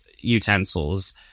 utensils